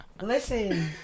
listen